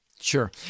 Sure